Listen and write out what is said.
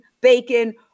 bacon